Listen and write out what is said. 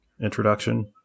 introduction